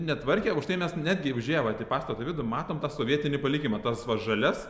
netvarkė už tai mes netgi užėję vat į pastato vidų matome tą sovietinį palikimą tas va žalias